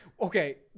Okay